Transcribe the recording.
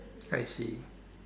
I see